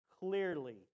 clearly